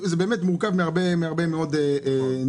וזה מורכב מהרבה נקודות,